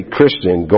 Christian